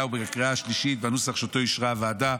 ובקריאה השלישית בנוסח שאותו אישרה הוועדה.